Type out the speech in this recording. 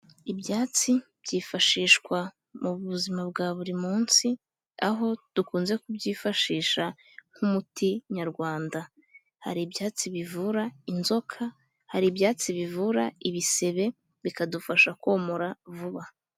Ibyatsi byifashishwa mu buzima bwa buri munsi, aho dukunze kubyifashisha nk'umuti nyarwanda, hari ibyatsi bivura inzoka, hari ibyatsi bivura ibisebe, bikadufasha komora vuba.